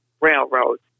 railroads